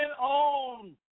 on